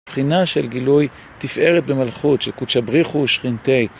מבחינה של גילוי תפארת במלכות של קודשא בריך הוא ושכינתיה